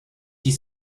die